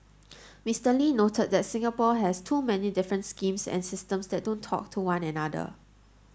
Mister Lee noted that Singapore has too many different schemes and systems that don't talk to one another